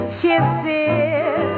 kisses